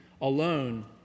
alone